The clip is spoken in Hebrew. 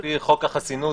לפי חוק החסינות,